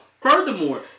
furthermore